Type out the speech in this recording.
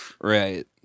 Right